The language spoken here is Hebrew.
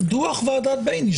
דוח ועדת בייניש,